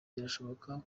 birashoboka